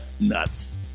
nuts